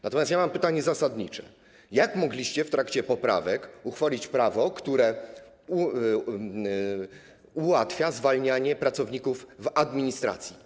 Natomiast mam pytanie zasadnicze: Jak mogliście w ramach poprawek uchwalić prawo, które ułatwia zwalnianie pracowników w administracji?